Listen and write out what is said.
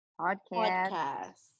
Podcast